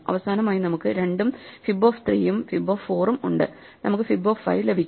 അവസാനമായി നമുക്ക് 2 ഉം fib ഓഫ് 3 ഉം fib ഓഫ് 4 ഉം ഉണ്ട് നമുക്ക് fib ഓഫ് 5 ലഭിക്കും